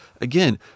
again